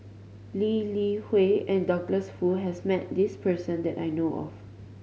Lee Li Hui and Douglas Foo has met this person that I know of